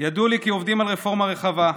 ידוע לי כי עובדים על רפורמה רחבה,